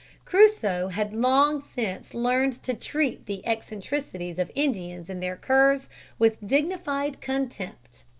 crusoe had long since learned to treat the eccentricities of indians and their curs with dignified contempt.